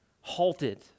halted